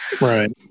Right